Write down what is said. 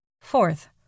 Fourth